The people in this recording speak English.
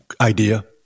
idea